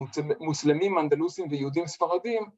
‫מוסלמים, מנדלוסים ויהודים ספרדים.